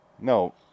no